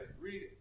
Read